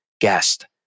guest